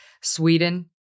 Sweden